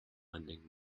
lending